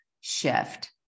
shift